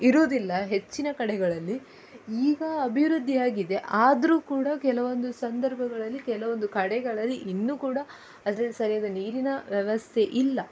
ಇರುವುದಿಲ್ಲ ಹೆಚ್ಚಿನ ಕಡೆಗಳಲ್ಲಿ ಈಗ ಅಭಿವೃದ್ದಿಯಾಗಿದೆ ಆದರೂ ಕೂಡ ಕೆಲವೊಂದು ಸಂದರ್ಭಗಳಲ್ಲಿ ಕೆಲವೊಂದು ಕಡೆಗಳಲ್ಲಿ ಇನ್ನೂ ಕೂಡ ಅದರಲ್ಲಿ ಸರಿಯಾದ ನೀರಿನ ವ್ಯವಸ್ಥೆ ಇಲ್ಲ